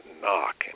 knock